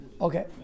Okay